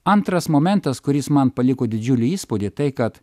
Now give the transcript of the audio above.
antras momentas kuris man paliko didžiulį įspūdį tai kad